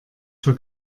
für